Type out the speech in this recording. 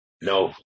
No